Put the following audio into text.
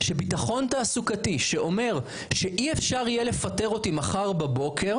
שבטחון תעסוקתי שאומר שאי אפשר יהיה לפטר אותי מחר בבוקר